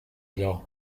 allò